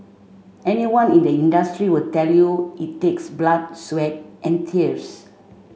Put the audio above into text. anyone in this industry will tell you it takes blood sweat and tears